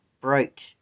bright